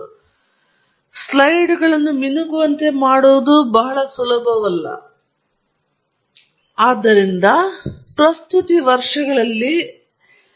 ಆದ್ದರಿಂದ ನಾವು ಪ್ರತಿ ಸ್ಲೈಡ್ಗೆ ಒಂದು ನಿಮಿಷಕ್ಕಿಂತ ಹೆಚ್ಚಿನ ಸಮಯವನ್ನು ಹೊಂದಿದ್ದೇನೆ ಆದರೆ ನಾನು ಇತರ ದೃಷ್ಟಿಕೋನದಿಂದ ನೋಡುತ್ತಿದ್ದೇನೆ ನಮಗೆ ಐದು ವಿಷಯಗಳಿವೆ ಮತ್ತು ನಮಗೆ 50 ನಿಮಿಷಗಳಿವೆ ಆದ್ದರಿಂದ ನಾವು ಆ 10 ನಿಮಿಷಗಳ ವಿಷಯ ರೀತಿಯ ನಿರ್ಬಂಧಗಳ ಮೂಲಕ ಗಮನಿಸುತ್ತಿದ್ದೇವೆ